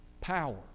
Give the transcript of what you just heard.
power